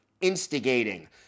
instigating